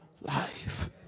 life